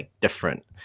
different